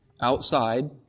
outside